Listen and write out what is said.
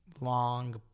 long